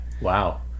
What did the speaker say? Wow